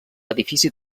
edifici